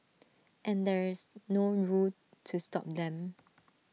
and there's no rule to stop them